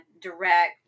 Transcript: direct